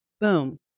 Boom